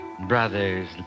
brothers